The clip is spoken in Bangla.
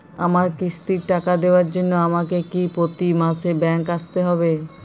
আমার কিস্তির টাকা দেওয়ার জন্য আমাকে কি প্রতি মাসে ব্যাংক আসতে হব?